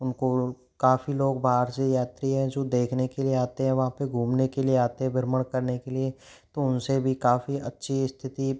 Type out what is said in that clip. उनको काफ़ी लोग बाहर से यात्री है जो देखने के लिए आते हैं वहाँ पे घूमने के लिए आते भ्रमण करने के लिए तो उनसे भी काफ़ी अच्छी स्थिति